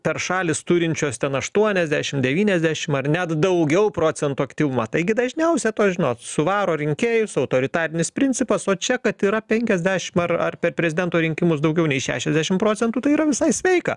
per šalys turinčios ten aštuoniasdešim devyniasdešim ar net daugiau procentų aktyvumą taigi dažniausia tos žinot suvaro rinkėjus autoritarinis principas o čia kad yra penkiasdešim ar ar per prezidento rinkimus daugiau nei šešiasdešim procentų tai yra visai sveika